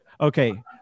Okay